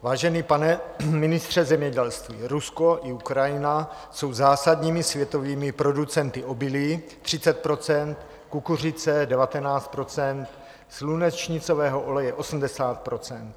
Vážený pane ministře zemědělství, Rusko i Ukrajina jsou zásadními světovými producenty obilí 30 %, kukuřice 19 %, slunečnicového oleje 80 %.